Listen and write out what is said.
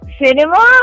cinema